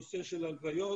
נושא של הלוויות,